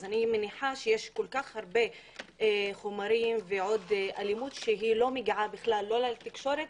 אני מניחה שיש כל כך הרבה חומרים ואלימות שלא מגיעה לא לתקשורת,